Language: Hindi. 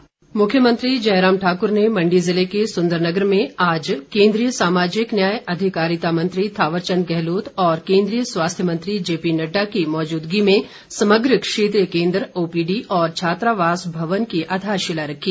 मुख्यमंत्री मुख्यमंत्री जयराम ठाकुर ने मंडी जिले के सुंदरनगर में आज केंद्रीय सामाजिक न्याय अधिकारिता मंत्री थावर चंद गहलोत और केंद्रीय स्वास्थ्य मंत्री जेपी नड्डा की मौजूदगी में समग्र क्षेत्रीय केंद्र ओपीडी और छात्रावास भवन की आधारशिला रखी